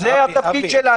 זה התפקיד שלנו.